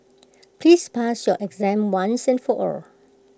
please pass your exam once and for all